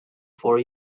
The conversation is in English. for